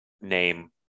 name